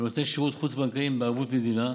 ומנותני שירות חוץ-בנקאיים בערבות מדינה.